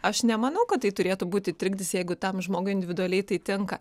aš nemanau kad tai turėtų būti trikdis jeigu tam žmogui individualiai tai tinka